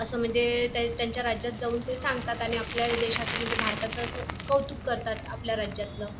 असं म्हणजे त्या त्यांच्या राज्यात जाऊन ते सांगतात आणि आपल्या देशाचं म्हणजे भारताचं असं कौतुक करतात आपल्या राज्यातलं